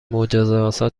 معجزهآسا